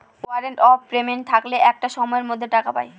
warrant of payment থাকলে একটা সময়ের মধ্যে টাকা পায়